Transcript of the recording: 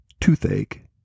toothache